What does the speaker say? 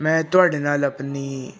ਮੈਂ ਤੁਹਾਡੇ ਨਾਲ ਆਪਣੀ